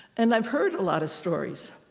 and i've heard a lot of stories.